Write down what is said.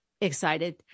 excited